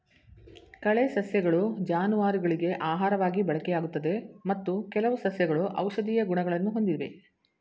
ಕಳೆ ಸಸ್ಯಗಳು ಜಾನುವಾರುಗಳಿಗೆ ಆಹಾರವಾಗಿ ಬಳಕೆಯಾಗುತ್ತದೆ ಮತ್ತು ಕೆಲವು ಸಸ್ಯಗಳು ಔಷಧೀಯ ಗುಣಗಳನ್ನು ಹೊಂದಿವೆ